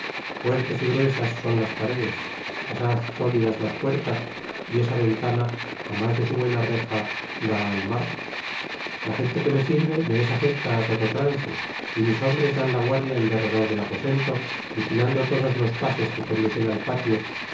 tuertes y g ruesas son las paredes asaz sólidas las puertas y esa ventana i mas de su buena reja da al mar la gente que me sirve me es fccta á todo trance y mis hombres dan la guardia en derredor del aposento vijilando todos los pases que conducen al patio